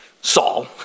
Saul